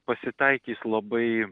pasitaikys labai